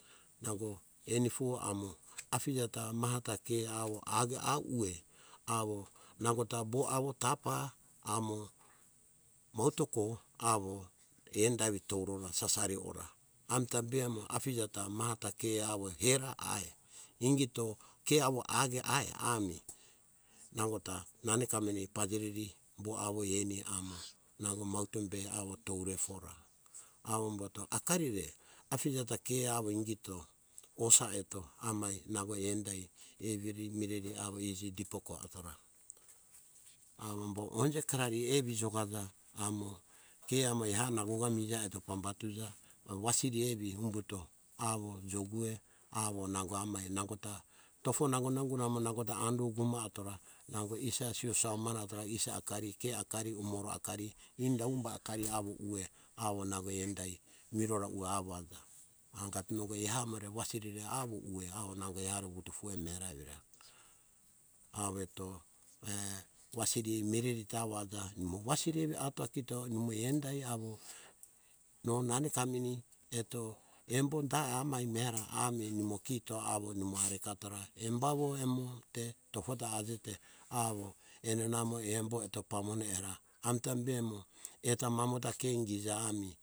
Nango enifu amo afija ta maha ke awo ake aueh awo nangota boavo tapa amo mauteko awo enda evi tourora sasari ora amita be amo afija ta maha ta ke aki hera ai ingito ke awo ake ai ami nangota nameni kamameni pajireri boawo eni amo nango mautebe awo toure fora. Avomboto akari re afija ta ke awo ingito osa eto amai nango enadai everi mireri iji dipori atora, avombo onje karari evi jokaja amo ke amo eha nangoka mija eto pambatuja wasiri evi humbuto awo jokue awo nango amai nangota tofo nangoha - nangota ando amo guma atora nango isa siosa mane atora isa akari ke akari umoro akari inda humba akari ueh nango endai merora ueh awo aja angatonogo eha emire awriri re awo ueh nangoeha re vutofue mera evira. Awo eto wasir merevi aja imo wasiri evi atoa kito awo nimo endai awo no nameni kameni eto embo da amai mera ami nimo kito awo pekatora embavo embavo emite tofota ajete amo embo eto pamone amita be amo eta mamota ke ingija ami.